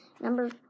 Number